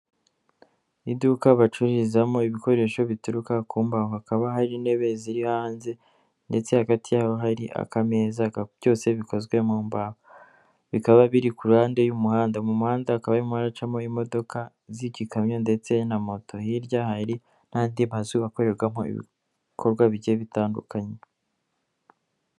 Mu iduka bacururizamo ibikoresho bituruka ku mbaho hakaba hari intebe ziri hanze ndetse hagati yabo hari akameza byose bikozwe mu mbaho, bikaba biri ku ruhande y'umuhanda mu muhanda akaba hakaba harimo haracamo imodoka z'igikamyo ndetse na moto hirya hari n'andi mazu akorerwamo ibikorwa bike bitandukanye.